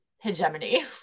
hegemony